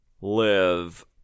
Live